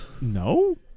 No